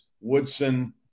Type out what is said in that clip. Woodson